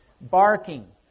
barking